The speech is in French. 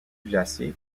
glacier